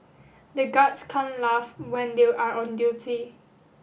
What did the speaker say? the guards can't laugh when they are on duty